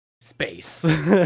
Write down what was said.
space